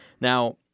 Now